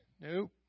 Nope